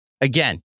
again